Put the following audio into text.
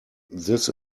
this